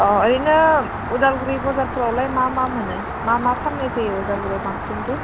अह ओरैनो उदालगुरि बजारफोरावलाय मा मा मोनो मा मा फाननाय जायो उदालगुरियाव बांसिनखे